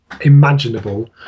imaginable